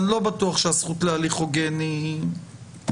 אני לא בטוח שהזכות להליך הוגן היא מספיק